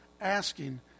asking